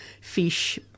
fish